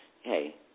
Hey